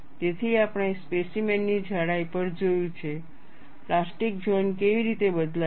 તેથી આપણે સ્પેસીમેન ની જાડાઈ પર જોયું છે પ્લાસ્ટિક ઝોન કેવી રીતે બદલાય છે